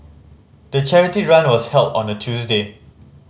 the charity run was held on a Tuesday